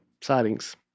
sightings